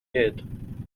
hid